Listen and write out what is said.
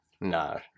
No